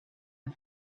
han